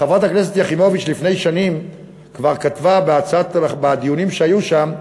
חברת הכנסת יחימוביץ לפני שנים כבר כתבה בדיונים שהיו שם,